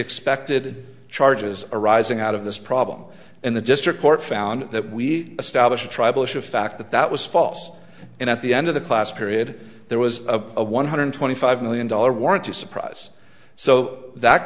expected charges arising out of this problem and the district court found that we establish a tribal issue of fact that that was false and at the end of the class period there was a one hundred twenty five million dollar warrant to surprise so that